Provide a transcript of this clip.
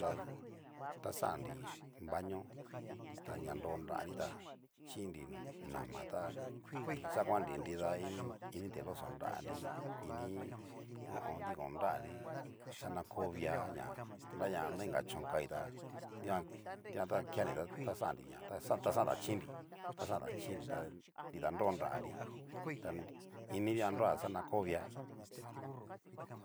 Ta taxan'nri baño, ta ña nro nranri tá, chinri nama tá xakuanri ini ini ti loxo nranri ini ho o on. diko nranri xa ña ko via ña nraña na inka chón kai ta dikan dikantan kenri taxannri taxan taxan dachinri, taxan dachinri ta nrida nro nranri tani inikan nroa xana kó via.